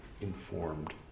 informed